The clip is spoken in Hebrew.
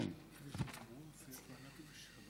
תן לנו את מה שבאמתחתך.)